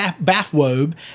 bathrobe